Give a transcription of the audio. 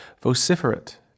Vociferate